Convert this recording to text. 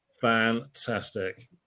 Fantastic